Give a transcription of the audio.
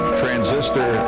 transistor